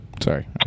sorry